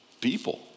people